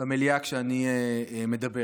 במליאה כשאני מדבר,